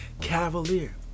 Cavalier